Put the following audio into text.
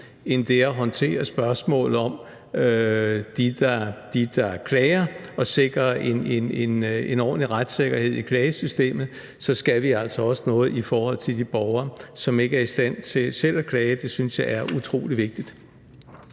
end det at håndtere spørgsmål om dem, der klager, og sikre en ordentlig retssikkerhed i klagesystemet, altså at vi også skal noget i forhold til de borgere, som ikke er i stand til selv at klage. Det synes jeg er utrolig vigtigt.